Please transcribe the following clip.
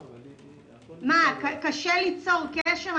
מה, קשה ליצור קשר?